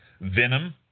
venom